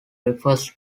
refers